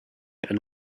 and